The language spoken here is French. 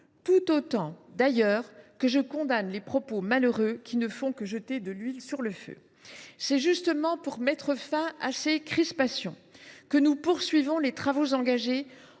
jours tout comme je condamne les propos malheureux qui n’ont fait que jeter de l’huile sur le feu. C’est justement pour mettre fin à ces crispations que nous poursuivons les travaux engagés